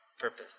purpose